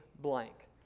blank